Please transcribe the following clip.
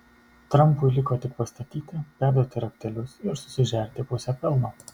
trampui liko tik pastatyti perduoti raktelius ir susižerti pusę pelno